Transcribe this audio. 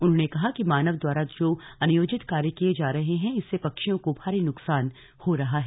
उन्होंने कहा कि मानव द्वारा जो अनियोजित कार्य किये जा रहें हैं इससे पक्षियों को भारी नुकसान हो रहा है